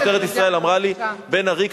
משטרת ישראל אמרה לי: בן-ארי,